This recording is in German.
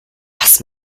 was